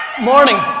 morning.